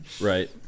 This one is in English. right